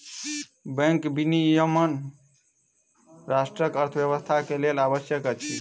bank विनियमन राष्ट्रक अर्थव्यवस्था के लेल आवश्यक अछि